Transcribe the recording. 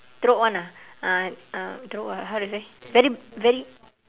teruk one ah teruk how to say very very